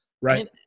right